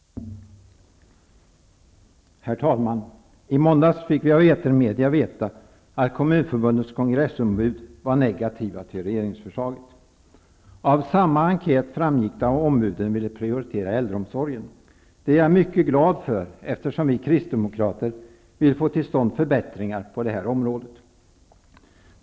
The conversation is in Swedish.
Herr talman! I måndags fick jag via etermedia veta att Kommunförbundets kongressombud var negativa till regeringsförslaget. Av samma enkät framgick att ombuden ville prioritera äldreomsorgen. Det är jag mycket glad för, eftersom vi kristdemokrater vill få till stånd förbättringar på detta område.